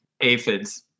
aphids